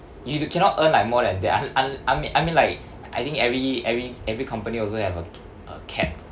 you cannot earn like more than that un~ un~ I mean I mean like I think every every every company also have a a cap